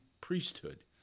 priesthood